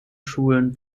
schulen